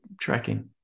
tracking